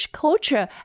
culture